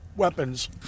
weapons